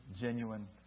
genuine